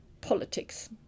politics